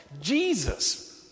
Jesus